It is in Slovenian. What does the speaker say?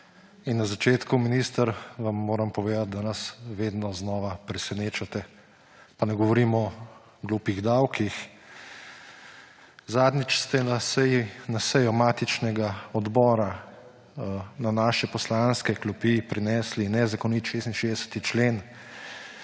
In na začetku, minister, vam moram povedati, da nas vedno znova presenečate. Pa ne govorim o »glupih davkih«. Zadnjič ste na sejo matičnega odbora na naše poslanske klopi prinesli nezakoniti 66. člen,